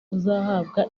uzahabwa